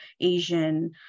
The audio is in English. asian